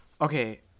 Okay